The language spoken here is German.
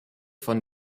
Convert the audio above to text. von